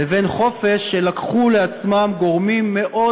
לבין חופש שלקחו לעצמם גורמים מאוד